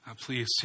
Please